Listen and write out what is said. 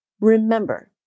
Remember